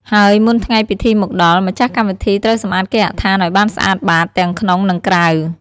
ហើយមុនថ្ងៃពិធីមកដល់ ម្ខាស់កម្មវិធីត្រូវសម្អាតគេហដ្ឋានឲ្យបានស្អាតបាត ទាំងក្នុង និងក្រៅ។